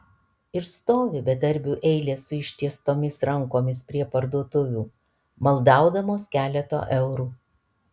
ir stovi bedarbių eilės su ištiestomis rankomis prie parduotuvių maldaudamos keleto eurų